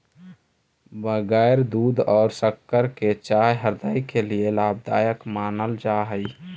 बगैर दूध और शक्कर की चाय हृदय के लिए लाभदायक मानल जा हई